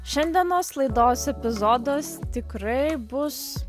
šiandienos laidos epizodas tikrai bus